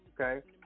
Okay